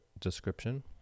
description